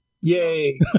Yay